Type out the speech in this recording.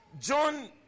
John